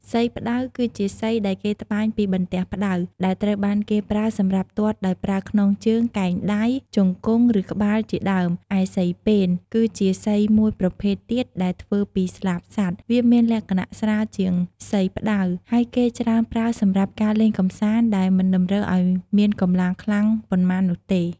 សីផ្ដៅ គឺជាសីដែលគេត្បាញពីបន្ទះផ្ដៅ ដែលត្រូវបានគេប្រើសម្រាប់ទាត់ដោយប្រើខ្នងជើង កែងដៃ ជង្គង់ ឬក្បាល ជាដើម។ឯសីពែន គឺជាសីមួយប្រភេទទៀតដែលធ្វើពីស្លាបសត្វ វាមានលក្ខណៈស្រាលជាងសីផ្ដៅ ហើយគេច្រើនប្រើសម្រាប់ការលេងកម្សាន្តដែលមិនតម្រូវឱ្យមានកម្លាំងខ្លាំងប៉ុន្មាននោះទេ។